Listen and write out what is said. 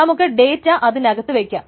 നമുക്ക് ഡേറ്റ അതിനകത്ത് വയ്ക്കാം